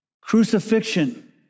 Crucifixion